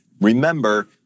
remember